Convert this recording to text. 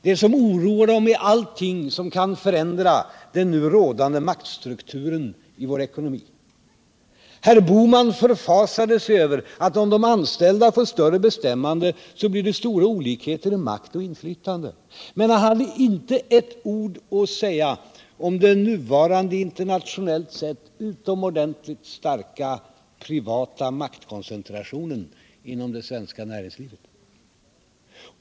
Det som oroar dem är allting som kan förändra den nu rådande maktstrukturen i vår ekonomi. Herr Bohman förfasade sig över att det, om de anställda får större bestämmande, blir stora olikheter i makt och inflytande, men hade inte ett ord att säga om den nuvarande internationellt sett utomordentligt starka privata maktkoncentrationen inom det svenska näringslivet.